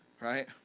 right